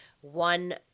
one